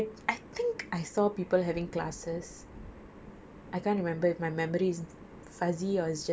room லே தான்:le thaan pool இருக்கே அப்புறம் இது பெருசா எதுக்கு:irukkae appurom ithu perusa ethukku then I I think I saw people having classes